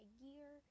gear